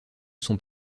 sont